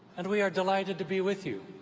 and we are delighted to be with you.